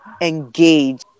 engage